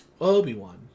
Obi-Wan